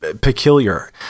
peculiar